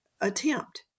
attempt